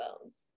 bones